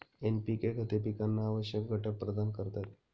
NPK खते पिकांना आवश्यक घटक प्रदान करतात